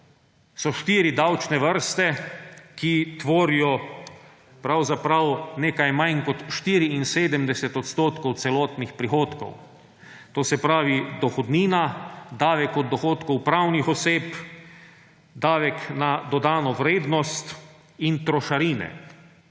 štiri davčne vrste, ki tvorijo pravzaprav nekaj manj kot 74 odstotkov celotnih prihodkov. To se pravi dohodnina, davek od dohodkov pravnih oseb, davek na dodano vrednost in trošarine.